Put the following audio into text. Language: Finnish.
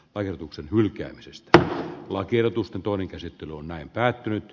ajatuksen hylkäämisestä lakiehdotusta toinen käsittely on päättynyt